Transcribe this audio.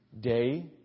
Day